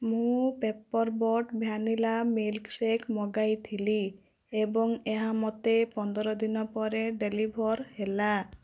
ମୁଁ Paper Boat vanilla milkshake ମଗାଇଥିଲି ଏବଂ ଏହା ମୋତେ ପନ୍ଦର ଦିନ ପରେ ଡେଲିଭର୍ ହେଲା